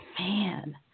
man